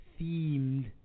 themed